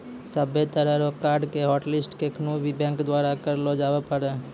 सभ्भे तरह रो कार्ड के हाटलिस्ट केखनू भी बैंक द्वारा करलो जाबै पारै